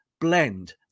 blend